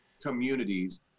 communities